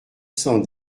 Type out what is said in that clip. cent